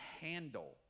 handle